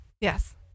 Yes